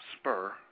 spur